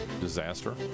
disaster